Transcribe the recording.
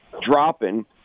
dropping